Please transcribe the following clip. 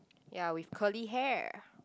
ya with curly hair